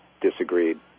disagreed